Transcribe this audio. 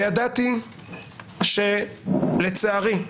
וידעתי לצערי,